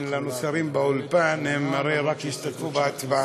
אין לנו שרים באולם, הרי הם רק ישתתפו בהצבעה,